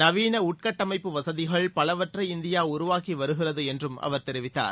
நவீன உள்கட்டமைப்பு வசதிகள் பலவற்றை இந்தியா உருவாக்கி வருகிறது என்றும் அவர் தெரிவித்தார்